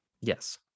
Yes